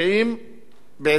בעידן הממשלה הזאת,